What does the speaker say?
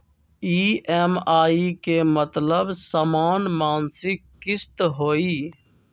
EMI के मतलब समान मासिक किस्त होहई?